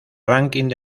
ranking